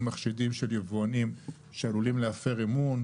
מחשידים של יבואנים שעלולים להפר אמון.